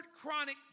chronic